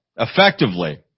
effectively